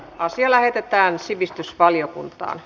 asia lähetettiin sivistysvaliokuntaan